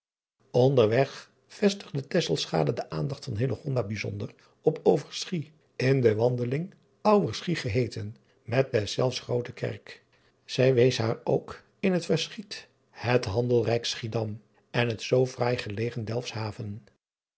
voerde nderweg vestigde de aandacht van bijzonder op verschie in de wandeling uwerschie geheeten met deszelfs roote kerk ij wees haar ook in het verschiet het handelrijk chiedam en het zoo fraai gelegen elfshaven